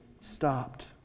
stopped